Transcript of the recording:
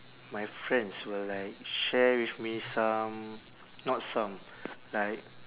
my friends will like share with me some not some like